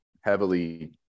heavily